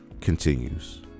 continues